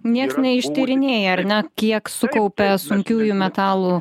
niekas neištyrinėję ar ne kiek sukaupia sunkiųjų metalų